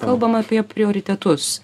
kalbam apie prioritetus